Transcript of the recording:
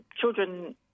children